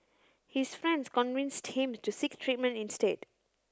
his friends convinced him to seek treatment instead